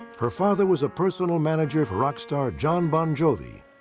her father was a personal manager for rock star jon bon jovi.